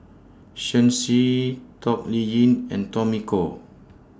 Shen Xi Toh Liying and Tommy Koh